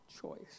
choice